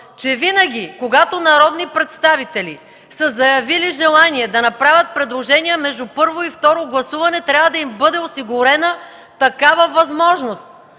че винаги когато народни представители са заявили желание да направят предложения между първо и второ гласуване, трябва да им бъде осигурена такава възможност.